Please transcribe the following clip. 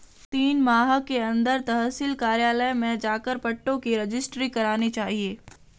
तीन माह के अंदर तहसील कार्यालय में जाकर पट्टों की रजिस्ट्री करानी चाहिए